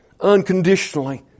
unconditionally